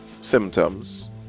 symptoms